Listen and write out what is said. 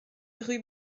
rue